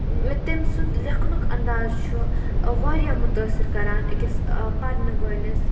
تٔمۍ سُنٛد لیکھنُک انداز چھُ واریاہ مُتٲثر کران أکِس پَرنہٕ وٲلِس